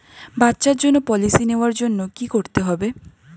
বাচ্চার জন্য পলিসি নেওয়ার জন্য কি করতে হবে?